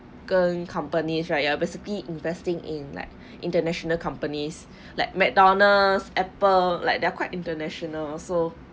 companies right you are basically investing in like international companies like mcdonald's apple like they are quite international so